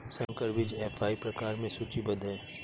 संकर बीज एफ.आई प्रकार में सूचीबद्ध है